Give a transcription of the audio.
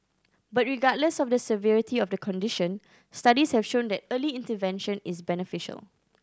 but regardless of the severity of the condition studies have shown that early intervention is beneficial